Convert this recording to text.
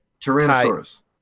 Tyrannosaurus